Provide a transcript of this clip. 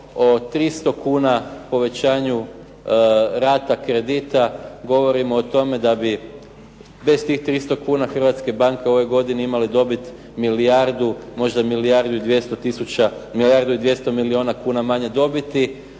o 300 kuna povećanju rata kredita govorimo o tome da bi bez 300 kuna hrvatske banke u ovoj godini imali dobit milijardu, možda milijardu i 200000, milijardu i